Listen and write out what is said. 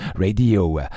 Radio